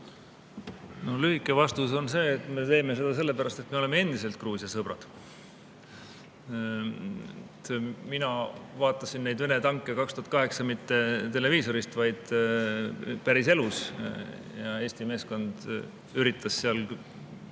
on? Lühike vastus on see, et me teeme seda sellepärast, et me oleme endiselt Gruusia sõbrad. Mina vaatasin neid Vene tanke 2008. aastal mitte televiisorist, vaid päriselus. Eesti meeskond üritas seal